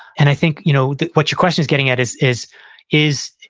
and i think you know what your question is getting at is, is is,